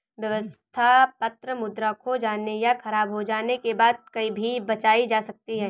व्यवस्था पत्र मुद्रा खो जाने या ख़राब हो जाने के बाद भी बचाई जा सकती है